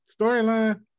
storyline